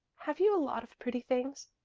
have you a lot of pretty things?